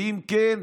ואם כן,